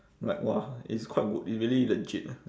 like !wah! it's quite good they really legit